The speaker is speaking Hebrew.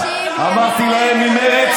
אמרתי להם: ממרצ.